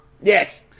Yes